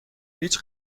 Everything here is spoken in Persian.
هیچ